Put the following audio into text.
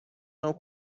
não